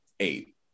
eight